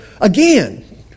again